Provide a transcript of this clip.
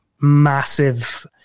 massive